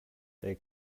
they